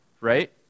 Right